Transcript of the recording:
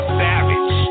savage